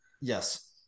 Yes